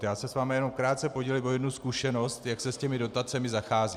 Já se s vámi jenom krátce podělím o jednu zkušenost, jak se s těmi dotacemi zachází.